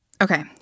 Okay